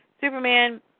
Superman